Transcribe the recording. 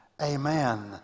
Amen